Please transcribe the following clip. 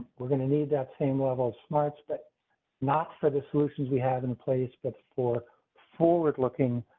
we're going to need that same level smarts, but not for the solutions we have in place, but for forward looking.